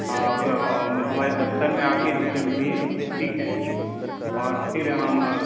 आप हमारे दफ़्तर में आ कर हम से मिलिए ठीक है और फिर हम